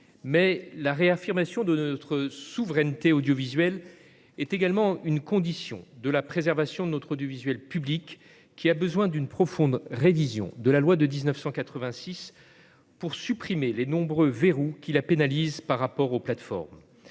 La réaffirmation de notre souveraineté audiovisuelle est également une condition de la préservation de notre audiovisuel public, qui réclame une profonde révision de la loi de 1986, pour que les nombreux verrous qui le pénalisent par rapport aux plateformes